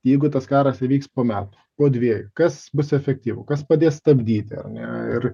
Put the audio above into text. jeigu tas karas įvyks po metų po dviejų kas bus efektyvu kas padės stabdyti ar ne ir